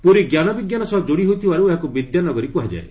ପୁରୀ ଜ୍ଞାନବିଜ୍ଞାନ ସହ ଯୋଡ଼ି ହୋଇଥିବାରୁ ଏହାକୁ ବିଦ୍ୟାନଗରୀ କୁହାଯାଏ